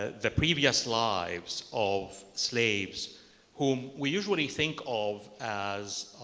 ah the previous lives of slaves whom we usually think of as,